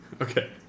Okay